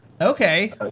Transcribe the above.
Okay